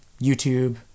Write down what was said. YouTube